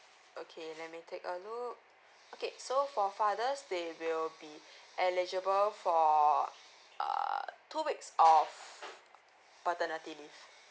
okay let me take a look okay so for fathers they will be eligible for err two weeks of paternity leave